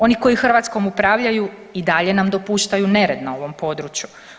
Oni koji Hrvatskom upravljaju i dalje nam dopuštaju nered u ovom području.